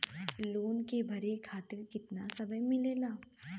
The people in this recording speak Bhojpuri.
लोन के भरे खातिर कितना समय मिलेला?